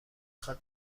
خواد